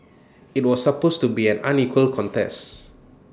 IT was supposed to be an unequal contests